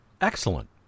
Excellent